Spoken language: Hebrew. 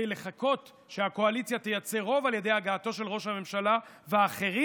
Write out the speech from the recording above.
לחכות שהקואליציה תייצר רוב על ידי הגעתו של ראש הממשלה ואחרים.